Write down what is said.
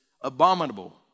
abominable